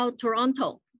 Toronto